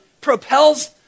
propels